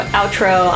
outro